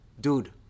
Dude